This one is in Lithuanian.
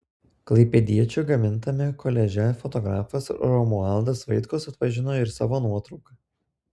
klaipėdiečių gamintame koliaže fotografas romualdas vaitkus atpažino ir savo nuotrauką